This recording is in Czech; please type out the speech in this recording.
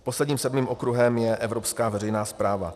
Posledním, sedmým okruhem je evropská veřejná správa.